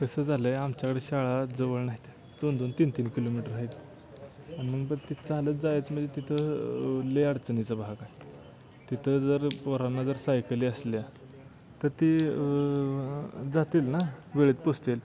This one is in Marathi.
कसं झालं आहे आमच्याकडं शाळा जवळ नाहीत दोन दोन तीन तीन किलोमीटर आहेत आणि मग बरं ती चालत जायचं म्हणजे तिथं लई अडचणीचा भाग आहे तिथं जर पोरांना जर सायकली असल्या तर ती जातील ना वेळेत पोहोचतील